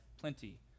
plenty